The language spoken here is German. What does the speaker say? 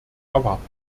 erwarten